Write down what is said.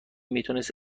میتوانست